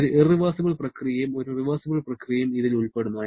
ഒരു ഇറവെഴ്സിബിൾ പ്രക്രിയയും ഒരു റിവേർസിബിൾ പ്രക്രിയയും ഇതിൽ ഉൾപ്പെടുന്നു